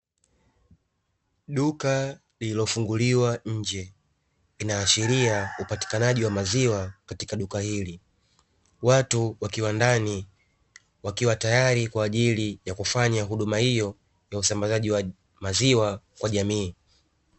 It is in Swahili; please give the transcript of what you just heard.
Duka lililofunguliwa nje, inaashiria upatikanaji wa maziwa katika duka hili. Watu wakiwa ndani wakiwa tayari kwa ajili ya kufanya huduma hiyo ya usambazaji wa maziwa kwa jamii.